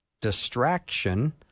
distraction